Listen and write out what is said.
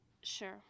sure